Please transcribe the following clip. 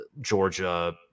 Georgia